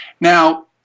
Now